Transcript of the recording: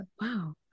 wow